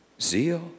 zeal